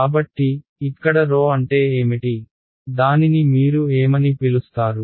కాబట్టి ఇక్కడ ⍴అంటే ఏమిటి దానిని మీరు ఏమని పిలుస్తారు